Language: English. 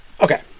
okay